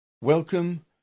Welcome